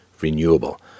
renewable